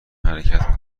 حرکت